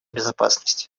безопасности